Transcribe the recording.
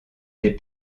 des